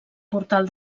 portal